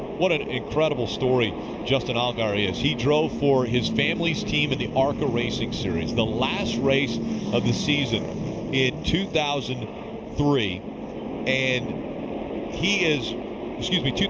what an incredible story justin allgaier is. he drove for his family's team in the arca racing series. the last race of the season in two thousand and three and he is excuse me, two